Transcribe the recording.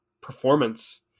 performance